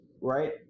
right